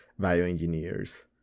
bioengineers